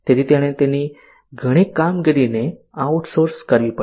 તેથી તેણે તેની ઘણી કામગીરીને આઉટસોર્સ કરવી પડી